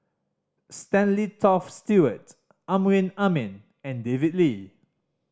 Stanley Toft Stewart Amrin Amin and David Lee